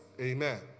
Amen